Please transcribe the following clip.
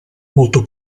molto